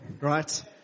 right